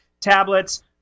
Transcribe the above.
tablets